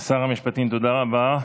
שר המשפטים, תודה רבה.